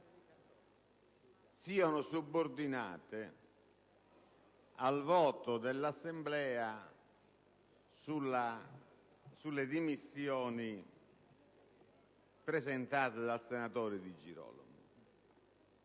sulla vicenda al voto dell'Assemblea sulle dimissioni presentate dal senatore Di Girolamo.